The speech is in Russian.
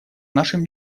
нашим